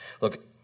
Look